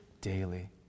daily